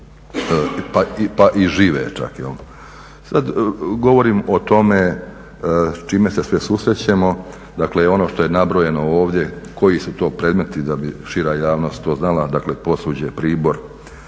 pa i žive čak. Sad govorim o tome s čime se sve susrećemo, dakle ono što je nabrojeno ovdje koji su to predmeti da bi šira javnost to znala, dakle posuđe, pribor,